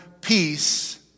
peace